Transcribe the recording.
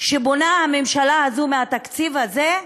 שבונה הממשלה הזאת מהתקציב הזה,